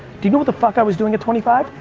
do you know what the fuck i was doing at twenty five?